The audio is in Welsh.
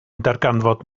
darganfod